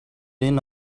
энэ